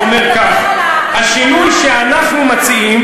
אומר כך: "השינוי שאנחנו מציעים"